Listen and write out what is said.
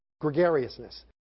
gregariousness